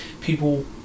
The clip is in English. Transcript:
people